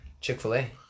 Chick-fil-A